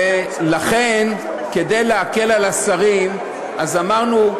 ולכן, כדי להקל על השרים, אז אמרנו,